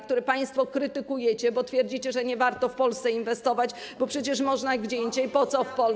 które państwo krytykujecie, bo twierdzicie, że nie warto w Polsce inwestować, bo przecież można gdzie indziej, po co w Polsce.